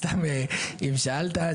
סתם אם שאלת,